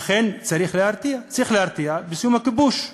אכן צריך להרתיע, צריך להרתיע בסיום הכיבוש.